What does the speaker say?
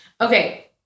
Okay